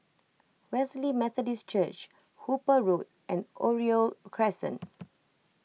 Wesley Methodist Church Hooper Road and Oriole Crescent